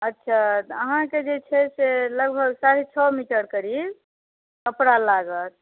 अच्छा तऽ अहाँकेँ जे छै से लगभग साढ़े छओ मीटर करीब कपड़ा लागत